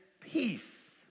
peace